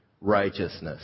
righteousness